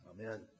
Amen